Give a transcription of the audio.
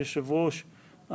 היושב-ראש,